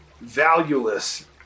Valueless